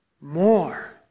more